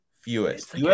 fewest